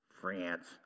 France